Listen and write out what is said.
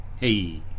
Hey